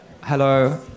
Hello